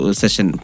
session